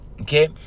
okay